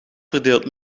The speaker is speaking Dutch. verdeelt